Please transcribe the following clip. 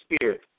Spirit